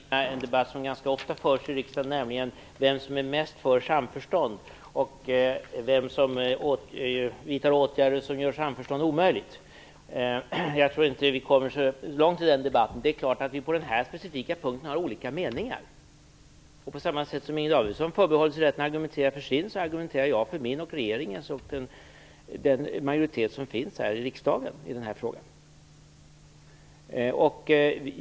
Fru talman! Den här debatten börjar likna en debattyp som ganska ofta förekommer i riksdagen, nämligen en debatt om vem som är mest för samförstånd och vem som vidtar åtgärder som gör samförstånd omöjligt. Jag tror inte att vi kommer så långt i den debatten. Det är klart att vi på den här specifika punkten har olika meningar. På samma sätt som Inger Davidson förbehåller sig rätten att argumentera för sin mening så argumenterar jag för den mening som jag, regeringen och den majoritet som finns här i riksdagen har i denna fråga.